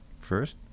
first